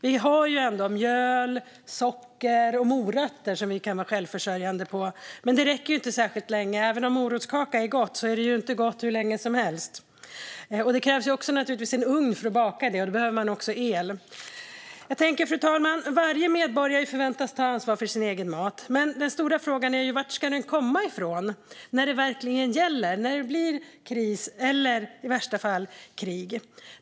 Vi har ändå mjöl, socker och morötter som vi kan vara självförsörjande på, men det räcker inte särskilt länge. Även om morotskaka är gott är det inte gott hur länge som helst. Naturligtvis krävs det också en ugn för att baka det, och då behöver man också el. Fru talman! Varje medborgare förväntas ta ansvar för sin egen mat, men den stora frågan är ju var den ska komma ifrån när det verkligen gäller, när det blir kris eller i värsta fall krig.